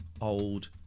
old